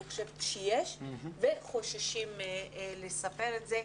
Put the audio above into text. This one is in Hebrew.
אני חושבת שיש וחוששים לספר את זה.